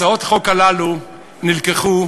הצעות החוק הללו נלקחו